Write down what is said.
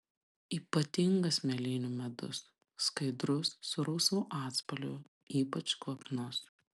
ypatingas mėlynių medus skaidrus su rausvu atspalviu ypač kvapnus